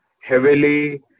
heavily